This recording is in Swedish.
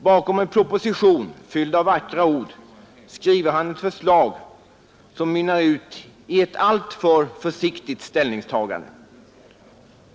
Bakom en proposition fylld av vackra ord skriver han ett förslag som mynnar ut i ett alltför försiktigt ställningstagande.